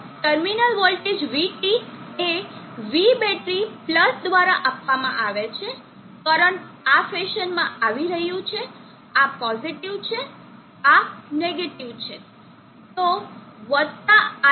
તો terminal voltage vT એ V battery plus દ્વારા આપવામાં આવે છે કરંટ આ ફેશનમાં આવી રહ્યું છે આ પોઝિટીવ છે આ નેગેટીવ છે તો વત્તા iBRB